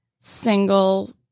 single